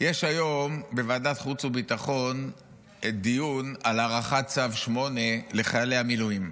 יש היום בוועדת חוץ וביטחון דיון על הארכת צו 8 לחיילי המילואים.